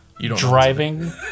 driving